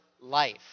life